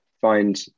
find